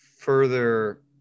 further